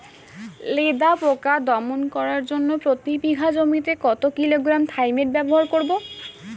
লেদা পোকা দমন করার জন্য প্রতি বিঘা জমিতে কত কিলোগ্রাম থাইমেট ব্যবহার করব?